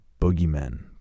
boogeymen